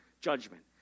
judgment